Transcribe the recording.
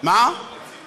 אבל מה עם הציבור?